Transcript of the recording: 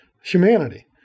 humanity